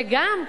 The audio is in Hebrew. וגם,